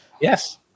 Yes